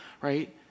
right